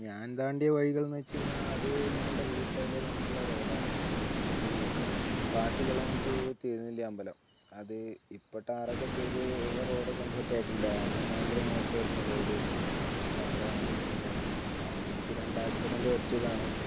ഞാൻ താണ്ടിയ വഴികളെന്നുവച്ചുകഴിഞ്ഞാല് അതു ഞങ്ങളുടെ വീടിൻ്റെ അതിലേ തന്നെയുള്ള റോഡാണ് തിരുനെല്ലി കാട്ടിക്കുളം ടു തിരുനെല്ലി അമ്പലം അത് ഇപ്പോള് ടാറൊക്കെ ചെയ്ത് റോഡൊക്കെയൊന്ന് സെറ്റായിട്ടുണ്ട് ആദ്യം ഭയങ്കര മോശമായിരുന്നു റോഡ് അപ്പോള് അതു ഭയങ്കര സീനായിരുന്നു എനിക്ക് രണ്ട് ആക്സിഡന്റ് പറ്റിയതാണ്